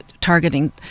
targeting